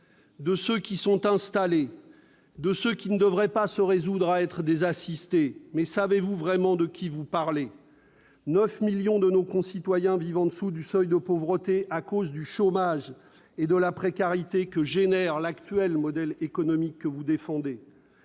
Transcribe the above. de « ceux qui sont installés », de ceux qui ne devraient pas se résoudre à être des assistés. Mais savez-vous vraiment de qui vous parlez ? Au total, neuf millions de nos concitoyens vivent sous le seuil de pauvreté à cause du chômage et de la précarité engendrée par le modèle économique actuel, que vous défendez.